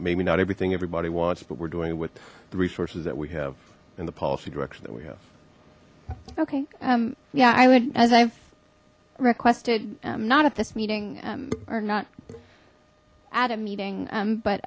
maybe not everything everybody wants but we're doing with the resources that we have in the policy direction that we have okay um yeah i would as i've requested not at this meeting or not add a meeting